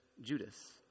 Judas